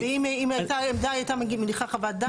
ואם הייתה עמדה היא הייתה מניחה חוות דעת.